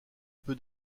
peu